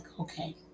okay